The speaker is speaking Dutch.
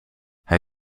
hij